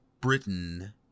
Britain